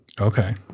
Okay